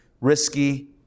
risky